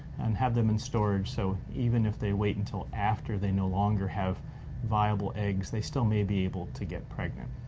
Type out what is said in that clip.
and have them in storage. so even if they wait until after they no longer have viable eggs, they still may be able to get pregnant.